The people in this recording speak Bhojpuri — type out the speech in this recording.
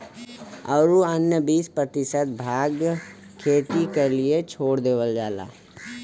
औरू अन्य बीस प्रतिशत भाग खेती क लिए छोड़ देवल जाला